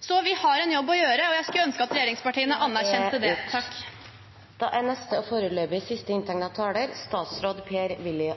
Så vi har en jobb å gjøre, og jeg skulle ønske at regjeringspartiene anerkjente det. Det er ikke riktig, som enkelte fremhever